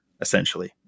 essentially